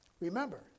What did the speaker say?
Remember